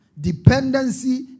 dependency